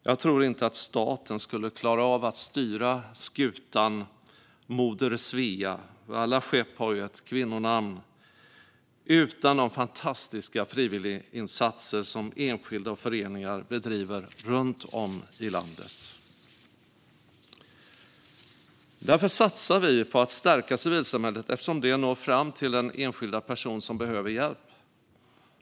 Jag tror inte att staten skulle klara att styra skutan Moder Svea, alla skepp har ju kvinnonamn, utan de fantastiska frivilliginsatser som enskilda och föreningar bedriver runt om i landet. Vi satsar på att stärka civilsamhället eftersom det når fram till den enskilda person som behöver hjälp.